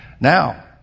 Now